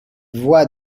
voie